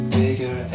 bigger